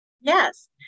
Yes